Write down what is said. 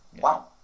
Wow